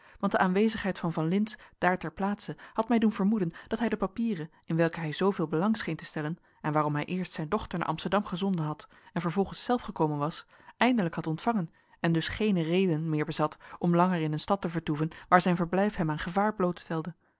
want de aanwezigheid van van lintz daar ter plaatse had mij doen vermoeden dat hij de papieren in welke hij zooveel belang scheen te stellen en waarom hij eerst zijn dochter naar amsterdam gezonden had en vervolgens zelf gekomen was eindelijk had ontvangen en dus geene reden meer bezat om langer in een stad te vertoeven waar zijn verblijf hem aan gevaar